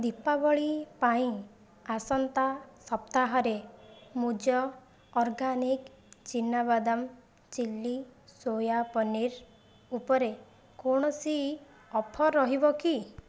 ଦୀପାବଳି ପାଇଁ ଆସନ୍ତା ସପ୍ତାହରେ ମୂଜ ଅର୍ଗାନିକ୍ ଚିନାବାଦାମ ଚିଲ୍ଲି ସୋୟା ପନିର୍ ଉପରେ କୌଣସି ଅଫର୍ ରହିବ କି